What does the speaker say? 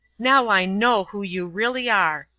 now i know who you really are.